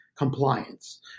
compliance